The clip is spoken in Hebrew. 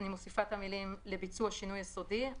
לביצוע שינוי יסודי,